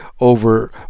over